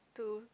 to